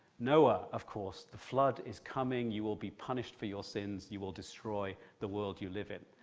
noah, of course, the flood is coming, you will be punished for your sins, you will destroy the world you live in.